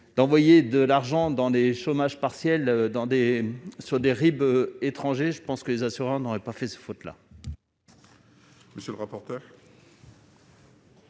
d'envoyer de l'argent dans des chômages partiels dans des sur des Ribes étranger je pense que les assureurs n'aurait pas fait ce là.